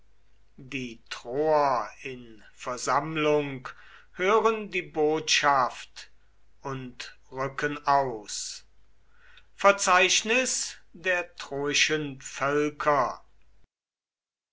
die troer in versammlung hören die botschaft und rücken aus verzeichnis der troischen völker